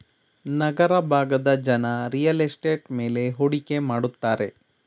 ನಗರ ಭಾಗದ ಜನ real estate ಮೇಲೆ ಹೂಡಿಕೆ ಮಾಡುತ್ತಾರೆ